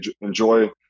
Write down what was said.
enjoy